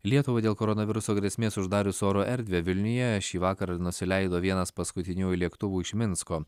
lietuvai dėl koronaviruso grėsmės uždarius oro erdvę vilniuje šįvakarą nusileido vienas paskutiniųjų lėktuvų iš minsko